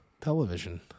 television